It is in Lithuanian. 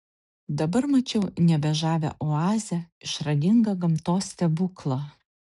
dabar mačiau nebe žavią oazę išradingą gamtos stebuklą